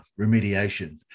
remediation